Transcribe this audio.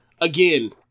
Again